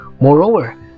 Moreover